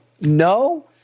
No